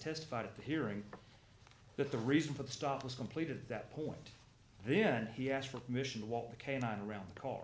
testified at the hearing that the reason for the stop was completed that point then he asked for permission to walk the canine around the car